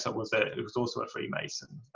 but was ah was also a freemason.